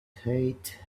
hate